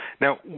Now